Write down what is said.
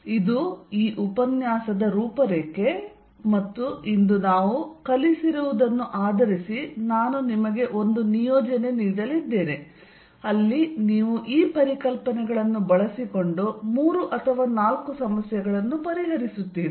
ಇದು ಈ ಉಪನ್ಯಾಸದ ರೂಪರೇಖೆ ಮತ್ತು ಇಂದು ನಾವು ಕಲಿಸಿರುವುದನ್ನು ಆಧರಿಸಿ ನಾನು ನಿಮಗೆ ಒಂದು ನಿಯೋಜನೆ ನೀಡಲಿದ್ದೇನೆ ಅಲ್ಲಿ ನೀವು ಈ ಪರಿಕಲ್ಪನೆಗಳನ್ನು ಬಳಸಿಕೊಂಡು ಮೂರು ಅಥವಾ ನಾಲ್ಕು ಸಮಸ್ಯೆಗಳನ್ನು ಪರಿಹರಿಸುತ್ತೀರಿ